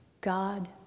God